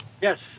Yes